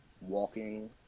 walking